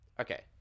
Okay